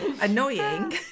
annoying